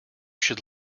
should